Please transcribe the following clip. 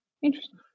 Interesting